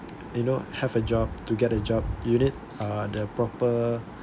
you know have a job to get a job you need uh the proper